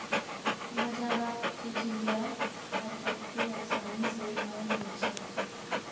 बाजारत चिचिण्डा अब अत्ते आसानी स नइ मिल छेक